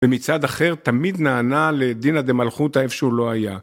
ומצד אחר תמיד נענה לדינא דמלכותא איפה שהוא לא היה.